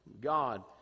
God